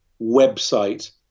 website